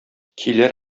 килә